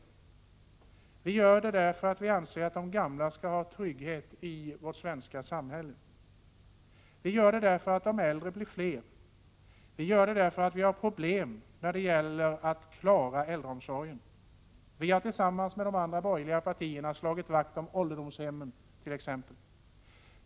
Detta gör vi därför att vi anser att de gamla skall känna trygghet i vårt svenska samhälle och även därför att det är problem med att klara äldreomsorgen när de äldre blir allt fler. Vi har t.ex. tillsammans med de andra borgerliga partierna slagit vakt om ålderdomshemmen.